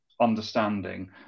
understanding